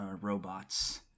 robots